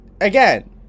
again